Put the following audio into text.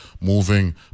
moving